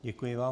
Děkuji vám.